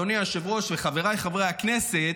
אדוני היושב-ראש וחבריי חברי הכנסת,